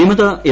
വിമത എം